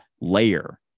layer